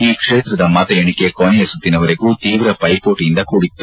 ಈ ಕ್ಷೇತ್ರದ ಮತ ಎಣಿಕೆ ಕೊನೆಯ ಸುತ್ತಿನವರೆಗೆ ತೀವ್ರ ಪೈಪೋಟಿಯಿಂದ ಕೂಡಿತ್ತು